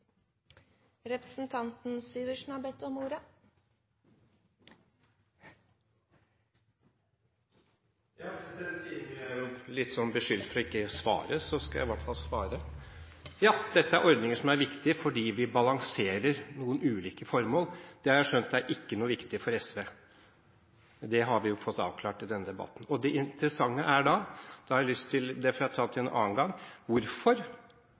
Representanten Hans Olav Syversen har hatt ordet to ganger tidligere og får ordet til en kort merknad, begrenset til 1 minutt. Ja, siden vi er blitt beskyldt for ikke å svare, skal jeg i hvert fall svare. Ja, dette er ordninger som er viktige fordi vi balanserer noen ulike formål. Det, har jeg skjønt, er ikke noe viktig for SV, men det har vi jo fått avklart i denne debatten. Det interessante er da – det får jeg ta en annen gang – hvorfor